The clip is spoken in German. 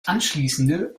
anschließende